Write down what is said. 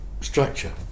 structure